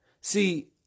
See